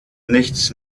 nichts